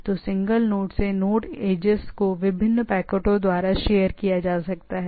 तो single node से node edges को विभिन्न पैकेटों द्वारा शेयर किया जा सकता है